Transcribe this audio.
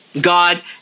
God